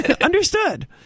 Understood